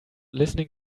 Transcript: listening